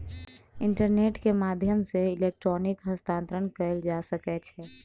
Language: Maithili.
इंटरनेट के माध्यम सॅ इलेक्ट्रॉनिक हस्तांतरण कयल जा सकै छै